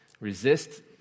Resist